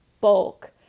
bulk